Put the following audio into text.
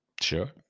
Sure